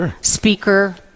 speaker